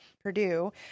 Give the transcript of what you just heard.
Purdue